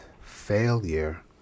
failure